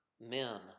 men